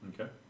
Okay